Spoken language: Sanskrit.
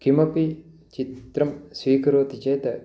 किमपि चित्रं स्वीकरोति चेत्